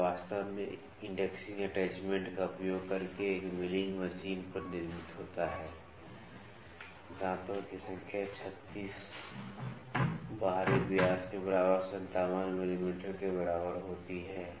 यह वास्तव में इंडेक्सिंग अटैचमेंट का उपयोग करके एक मिलिंग मशीन पर निर्मित होता है दांतों की संख्या 36 बाहरी व्यास के बराबर 57 मिमी के बराबर होती है